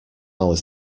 was